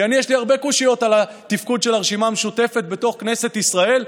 כי לי יש הרבה קושיות על התפקוד של הרשימה המשותפת בתוך כנסת ישראל.